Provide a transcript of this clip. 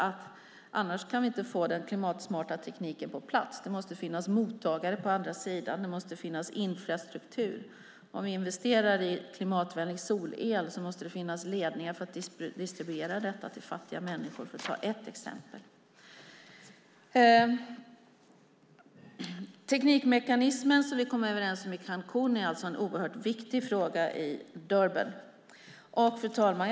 Annars kan vi inte få den klimatsmarta tekniken på plats. Det måste finnas mottagare på andra sidan. Det måste finnas infrastruktur. Om vi investerar i klimatvänlig solel måste det finnas ledningar för att distribuera denna till fattiga människor, för att ta ett exempel. Teknikmekanismen, som vi kom överens om i Cancún, är alltså en oerhört viktig fråga i Durban. Fru talman!